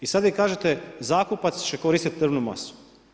I sad vi kažete, zakupac će koristiti drvnu masu.